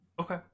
okay